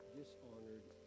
dishonored